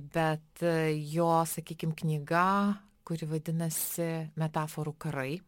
bet jo sakykim knyga kuri vadinasi metaforų karai